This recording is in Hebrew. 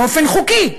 באופן חוקי,